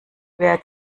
wer